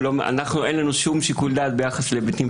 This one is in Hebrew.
אין לנו שום שיקול דעת ביחס להיבטים פליליים.